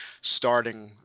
starting